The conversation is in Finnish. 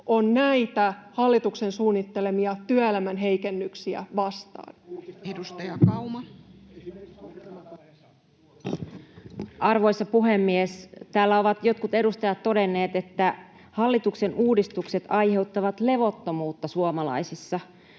hallituksen aiheuttamasta työmarkkinakaaoksesta Time: 17:07 Content: Arvoisa puhemies! Täällä ovat jotkut edustajat todenneet, että hallituksen uudistukset aiheuttavat levottomuutta suomalaisissa.